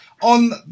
On